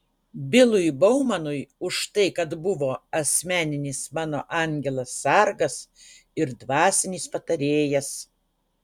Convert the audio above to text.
bilui baumanui už tai kad buvo asmeninis mano angelas sargas ir dvasinis patarėjas